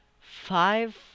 five